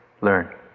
learn